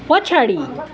पछाडि